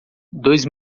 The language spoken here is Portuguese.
dois